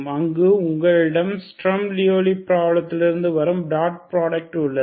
அங்கு உங்களிடம் ஸ்ட்ரம் லியோவ்லி ப்ராப்ளத்தில் இருந்து வரும் டாட் ப்ராடக்ட் உள்ளது